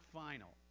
final